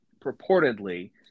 purportedly